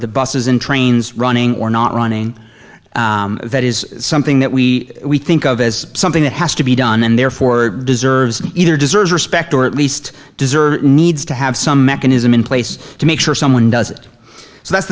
the buses and trains running or not running that is something that we we think of as something that has to be done and therefore deserves either deserves respect or at least deserve needs to have some mechanism in place to make sure someone does it so that's